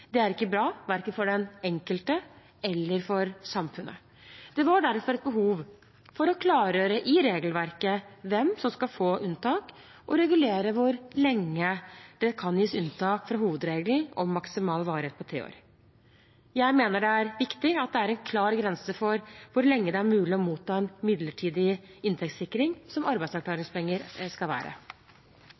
Det er ikke bra, verken for den enkelte eller for samfunnet. Det var derfor et behov for å klargjøre i regelverket hvem som skal få unntak, og å regulere hvor lenge det kan gis unntak fra hovedregelen om maksimal varighet på tre år. Jeg mener det er viktig at det er en klar grense for hvor lenge det er mulig å motta en midlertid inntektssikring, som arbeidsavklaringspenger skal være.